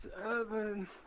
seven